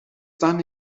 done